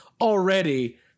already